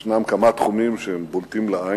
יש כמה תחומים שבולטים לעין,